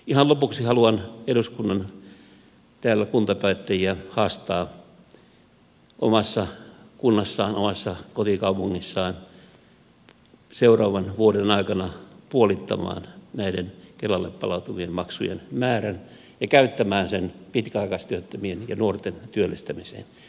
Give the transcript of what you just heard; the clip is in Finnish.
ihan lopuksi haluan täällä eduskunnan kuntapäättäjiä haastaa omassa kunnassaan omassa kotikaupungissaan seuraavan vuoden aikana puolittamaan näiden kelalle palautuvien maksujen määrän ja käyttämään sen pitkäaikaistyöttömien ja nuorten työllistämiseen